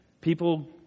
people